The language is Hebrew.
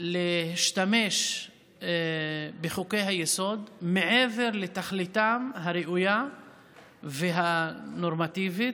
להשתמש בחוקי-היסוד מעבר לתכליתם הראויה והנורמטיבית.